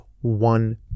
one